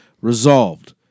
Resolved